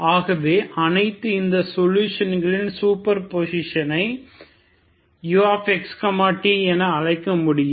ஆகவே அனைத்து இந்த சொலுஷன்களின் சூப்பர் பொசிஷனை uxt என அழைக்க முடியும்